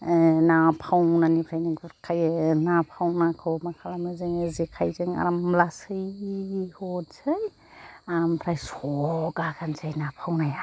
ओह ना फावनानिफ्रायनो गुरखायो ना फावनाखौ मा खालामो जोङो जेखाइजों आराम लासै हसै ओमफ्राय स' गाखोसै ना फावनाया